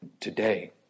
today